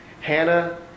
Hannah